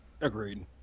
Agreed